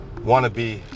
wannabe